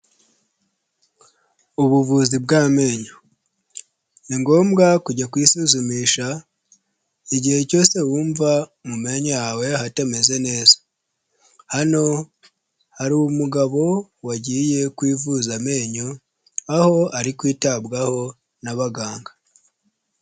Ubuvuzi bw'amenyo ni ngombwa kujya kwisuzumisha igihe cyose wumva mu menyo yawe ahatameze neza, hano hari umugabo wagiye kwivuza amenyo aho ari kwitabwaho n'abaganga.